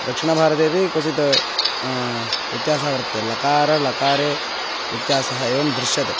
दक्षिणभारतेपि क्वचित् व्यत्यासः वर्तते लकारळकारे व्यत्यासः एवं दृश्यते